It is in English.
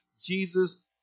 Jesus